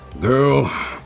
girl